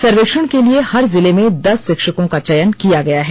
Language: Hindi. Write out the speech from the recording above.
सर्वेक्षण के लिए हर जिले में दस शिक्षकों का चयन किया गया है